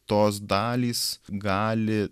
tos dalys gali